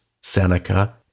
Seneca